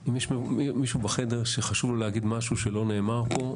האם יש מישהו בחדר שחשוב לו להגיד משהו שלא נאמר פה?